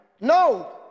No